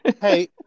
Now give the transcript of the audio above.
Hey